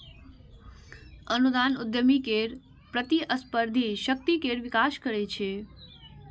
अनुदान उद्यमी केर प्रतिस्पर्धी शक्ति केर विकास करै छै